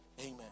amen